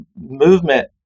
movement